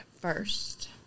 first